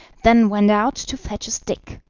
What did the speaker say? then went out to fetch a stick.